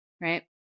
right